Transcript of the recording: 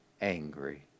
angry